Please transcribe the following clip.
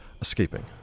escaping